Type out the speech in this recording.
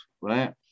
right